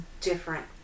different